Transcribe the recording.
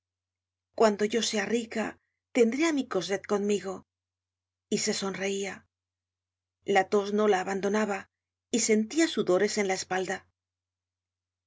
cuando yo sea rica tendré á mi cosette conmigo y se sonreia la tos no la abandonaba y sentia sudores en la espalda